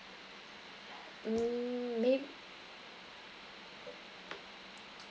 mm maybe